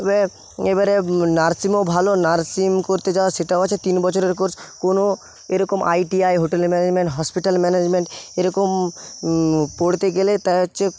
তবে এবারে নার্সিংও ভালো নার্সিং করতে যাওয়া সেটা হচ্ছে তিন বছরের কোর্স কোনো এরকম ITI hotel management hospital management এরকম পড়তে গেলে তাই হচ্ছে